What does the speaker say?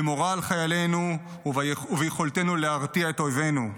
במורל חיילינו וביכולתנו להרתיע את אויבינו.